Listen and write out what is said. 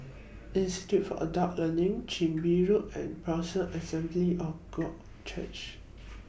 Institute For Adult Learning Chin Bee Road and Berean Assembly of God Church